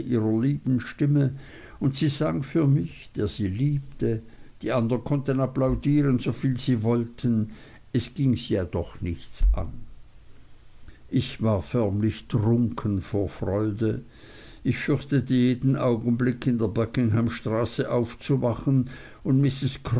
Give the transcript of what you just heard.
ihrer lieben stimme und sie sang für mich der sie liebte die andern konnten applaudieren soviel sie wollten es ging sie ja doch nichts an ich war förmlich trunken vor freude ich fürchtete jeden augenblick in der buckingham straße aufzuwachen und mrs